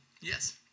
Yes